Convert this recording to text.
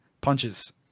punches